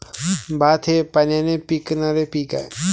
भात हे पाण्याने पिकणारे पीक आहे